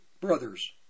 brothers